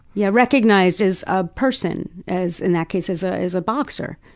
ya. recognized as a person. as, in that case, as ah as a boxer.